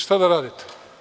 Šta da radite?